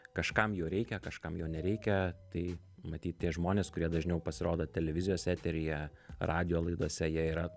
kažkam jo reikia kažkam jo nereikia tai matyt tie žmonės kurie dažniau pasirodo televizijos eteryje radijo laidose jie yra